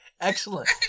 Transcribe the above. Excellent